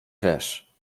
wiesz